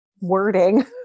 wording